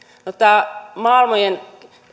no tämä maailmojen